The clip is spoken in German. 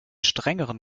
strengeren